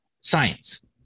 science